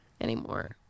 Anymore